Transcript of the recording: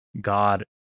God